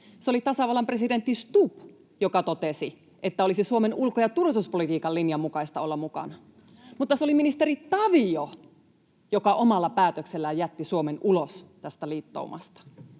Se oli tasavallan presidentti Stubb, joka totesi, että olisi Suomen ulko- ja turvallisuuspolitiikan linjan mukaista olla mukana. Mutta se oli ministeri Tavio, joka omalla päätöksellään jätti Suomen ulos tästä liittoumasta.